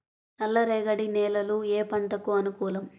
నల్ల రేగడి నేలలు ఏ పంటకు అనుకూలం?